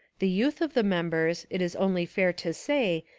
the youth of the members, it is only fair to say,